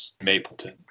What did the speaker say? Mapleton